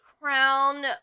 Crown